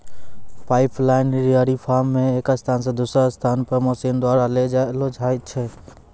pipeline dairy farm मे एक स्थान से दुसरा पर मशीन द्वारा ले जैलो जाय छै